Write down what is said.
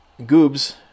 Goobs